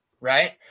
right